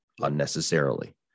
unnecessarily